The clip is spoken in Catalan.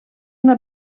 una